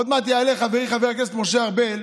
עוד מעט יעלה חברי חבר הכנסת משה ארבל,